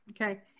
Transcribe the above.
Okay